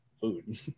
food